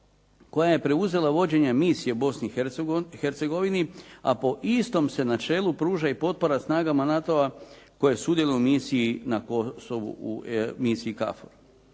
koja je preuzela vođenje misije u Bosni i Hercegovini, a po istom se načelu pruža i potpora snagama NATO-a koje je sudjelovao na Kosovu u misiji KFOR.